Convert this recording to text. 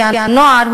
לפי הנוער,